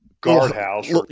guardhouse